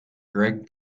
greg